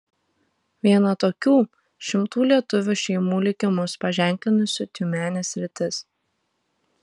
viena tokių šimtų lietuvių šeimų likimus paženklinusi tiumenės sritis